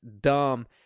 dumb